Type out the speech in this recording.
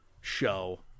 show